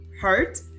hurt